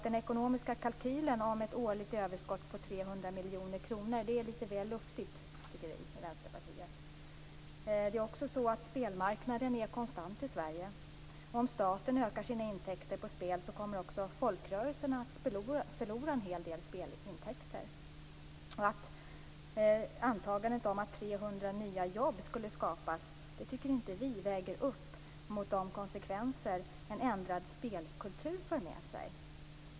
Den ekonomiska kalkylen om ett årligt överskott på 300 miljoner kronor tycker vi i Vänsterpartiet är lite väl luftig. Spelmarknaden är konstant i Sverige. Om staten ökar sina intäkter på spel kommer också folkrörelserna att förlora en hel del spelintäkter. Antagandet om att 300 nya jobb skulle skapas anser vi inte väger upp mot de konsekvenser en ändrad spelkultur för med sig.